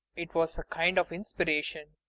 it was a kind of inspiration.